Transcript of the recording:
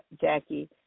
Jackie